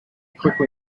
quickly